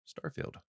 Starfield